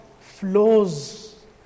flows